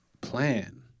plan